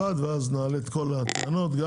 כל הטענות.